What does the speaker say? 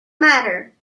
matter